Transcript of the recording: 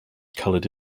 colored